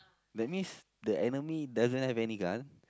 that means the enemy doesn't have any gun